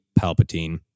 Palpatine